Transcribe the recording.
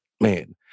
man